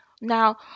Now